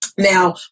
Now